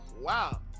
wow